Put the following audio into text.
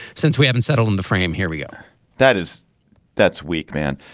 since we haven't settled on the frame, here we are that is that's weak, man.